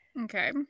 Okay